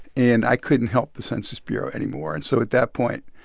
and i couldn't help the census bureau anymore. and so at that point,